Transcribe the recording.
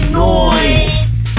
noise